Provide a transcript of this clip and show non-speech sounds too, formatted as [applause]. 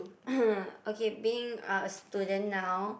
[coughs] okay being uh a student now